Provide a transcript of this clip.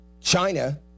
China